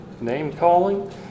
name-calling